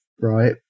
right